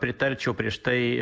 pritarčiau prieš tai